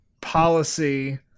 policy